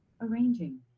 Arranging